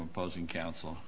opposing counsel